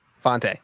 Fonte